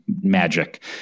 magic